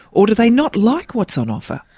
or do they not like what's on offer?